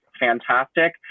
fantastic